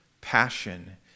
passion